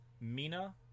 Mina